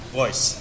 voice